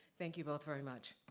thank you both very much.